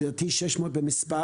לדעתי 600 במספר.